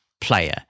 player